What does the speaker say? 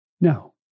No